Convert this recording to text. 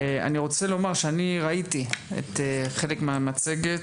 אני רוצה לומר שאני ראיתי חלק מהמצגת,